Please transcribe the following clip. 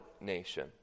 nation